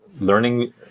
learning